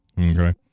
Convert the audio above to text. Okay